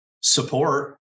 support